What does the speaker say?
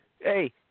Hey